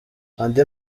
andi